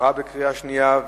עברה בקריאה שנייה.